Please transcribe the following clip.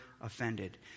offended